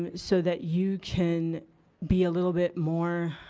um so that you can be a little bit more